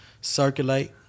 circulate